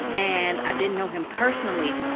and i didn't know him personally,